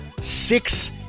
Six